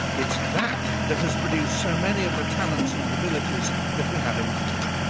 it's that that has produced so many of the talents and abilities that we have in common.